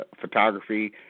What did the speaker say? photography